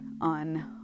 on